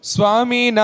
Swami